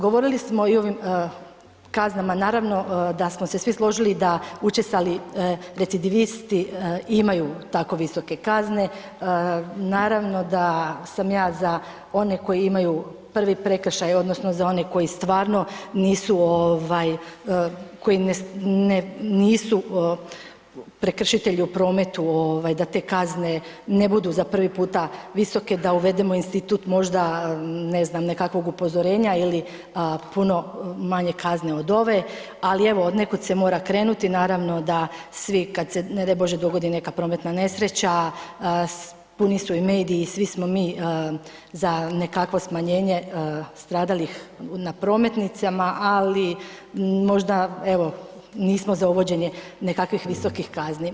Govorili smo i o ovim kaznama, naravno da smo se svi složili da učestali recidivisti imaju tako visoke kazne, naravno da sam ja za one koji imaju prvi prekršaj odnosno za one koji stvarno nisu, koji nisu prekršitelji u prometu da te kazne ne budu za prvi puta visoke, da uvedemo institut možda, ne znam, nekakvog upozorenja ili puno manje kazne od ove, ali evo od nekud se mora krenuti, naravno da svi kad se, ne daj Bože dogodi neka prometna nesreća, puni su i mediji i svi smo mi za nekakvo smanjenje stradalih na prometnicama, ali možda evo nismo za uvođenje nekakvih visokih kazni.